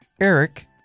Eric